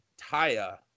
Taya